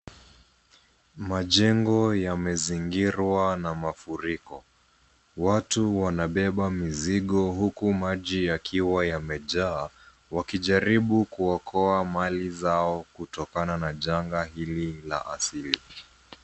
Majengo yamezingirwa na mafuriko. Watu wanabeba mizigo huku maji yakiwa yamejaa, wakijaribu kuokoa mali zao kutokana na janga hili la asili.